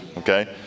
Okay